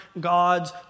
God's